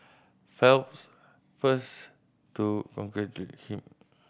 Phelps first to him